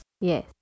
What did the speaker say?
Yes